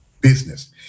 business